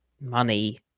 money